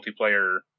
multiplayer